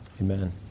Amen